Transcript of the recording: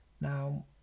now